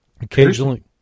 Occasionally